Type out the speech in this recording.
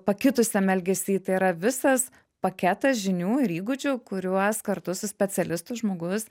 pakitusiam elgesy tai yra visas paketas žinių ir įgūdžių kuriuos kartu su specialistu žmogus